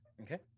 Okay